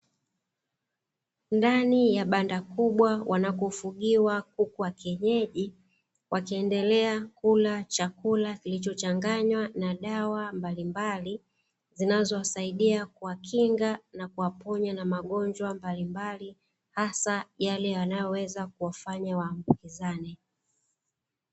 Ndani ya banda kubwa wanakufugiwa kuku wa kienyeji, wakiendelea kula chakula kilichochanganywa na dawa mbalimbali; zinazowasaidia kuwakinga na kuwaponya na magonjwa mbalimbali hasa yale yanaoweza kuwafanya waambukizane.